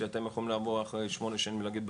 כשאתם יכולים לבוא אחרי שמונה שנים ולהגיד,